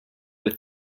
with